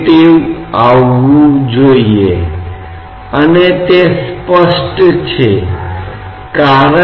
एक है अगर वहाँ एक समतल सतह है जो एक तरल पदार्थ में डूबी हुई है